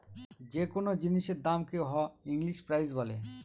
যে কোনো জিনিসের দামকে হ ইংলিশে প্রাইস বলে